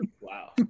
Wow